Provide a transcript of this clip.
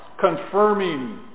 confirming